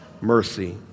mercy